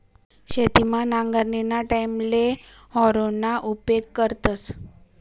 शेतमा नांगरणीना टाईमले हॅरोना उपेग करतस